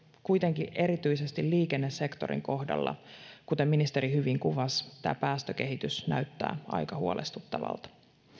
kuitenkin erityisesti liikennesektorin kohdalla kuten ministeri hyvin kuvasi päästökehitys näyttää aika huolestuttavalta